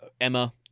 Emma